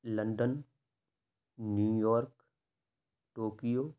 London New York Tokyo